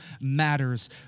matters